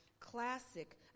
Classic